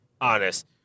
honest